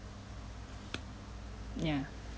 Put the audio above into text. ya